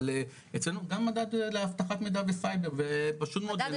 אבל אצלנו גם מדד לאבטחת מיידע וסייבר ופשוט מאוד לנקד